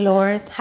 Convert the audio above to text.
Lord